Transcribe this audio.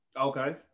Okay